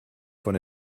von